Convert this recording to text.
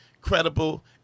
credible